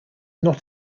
not